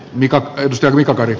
mika mika kari